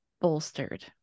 bolstered